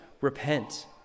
repent